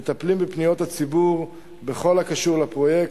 ומטפלים בפניות הציבור בכל הקשור לפרויקט.